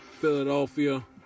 Philadelphia